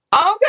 Okay